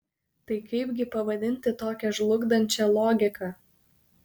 tai kaipgi pavadinti tokią žlugdančią logiką